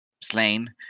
slain